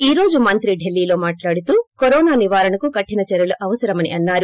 ఈ రోజు మంత్రి ఢిల్నీలో మాట్హడుతూ కరోనా నివారణకు కరిన చర్యలు అవసరమని అన్నారు